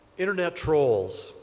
internet trolls.